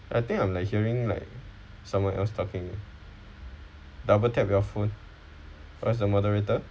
I think I'm like hearing like somewhere else talking double-tap your phone where's the moderator